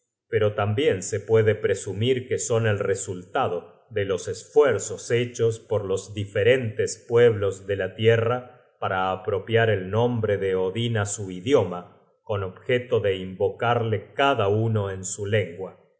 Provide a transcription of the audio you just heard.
pero tambien se puede presumir que son el resultado de los esfuerzos hechos por los diferentes pueblos de la tierra para apropiar el nombre de odin á su idioma con objeto de invocarle cada uno en su lengua